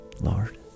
Lord